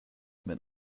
wenn